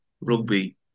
rugby